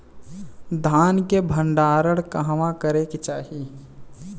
धान के भण्डारण कहवा करे के चाही?